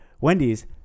Wendy's